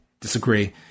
disagree